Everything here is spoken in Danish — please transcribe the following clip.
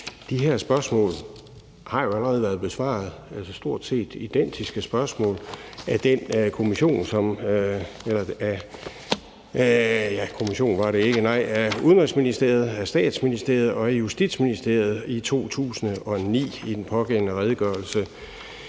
nej, en kommission var det ikke, men af Udenrigsministeriet, af Statsministeriet og af Justitsministeriet i 2009 i den pågældende redegørelse.